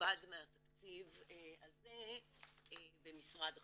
נכבד מהתקציב הזה במשרד החינוך,